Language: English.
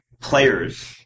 players